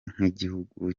nk’igihugu